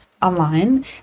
online